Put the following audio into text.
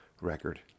record